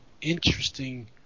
interesting